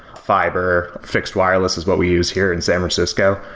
fiber, fixed wireless is what we use here in san francisco.